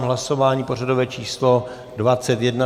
Hlasování pořadové číslo 21.